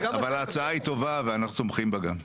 אבל, ההצעה היא טובה ואנחנו תומכים בה גם.